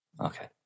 Okay